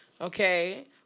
okay